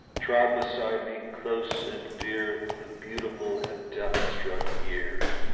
trod beside me, close and dear, the beautiful and death-struck year